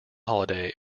holiday